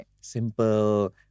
Simple